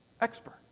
expert